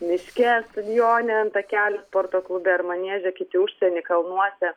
miške stadione ant takelio sporto klube ar manieže kiti užsieny kalnuose